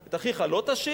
את אחיך לא תשיך,